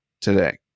today